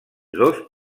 dos